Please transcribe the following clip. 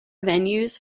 venues